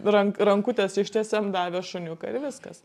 rank rankutes ištiesėm davė šuniuką ir viskas